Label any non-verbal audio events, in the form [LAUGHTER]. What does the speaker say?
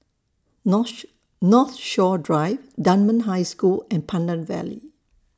[UNINTELLIGIBLE] Northshore Drive Dunman High School and Pandan Valley